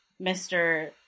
Mr